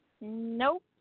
Nope